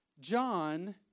John